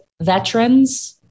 veterans